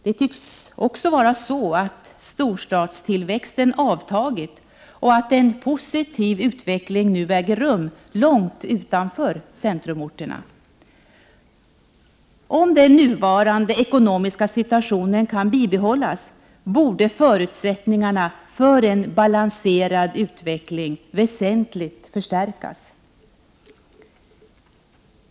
Det tycks också vara så att storstadstillväxten avtagit och att en positiv utveckling nu äger rum långt utanför centrumorterna. Om den nuvarande ekonomiska situationen kan bibehållas, borde förutsättningarna för en balanserad utveckling väsentligt förstärkas.